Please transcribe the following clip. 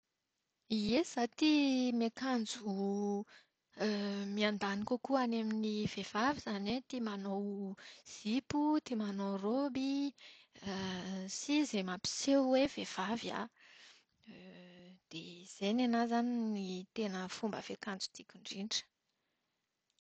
Ie, izaho tia miankanjo miandany kokoa any amin'ny vehivavy izany hoe tia manao zipo, tia manao raoby sy izay mampiseho hoe vehivavy aho. Dia izay ny anahy izany ny fomba fiankanjo tiako indrindra.